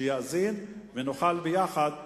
שיאזין, ונוכל ביחד אולי,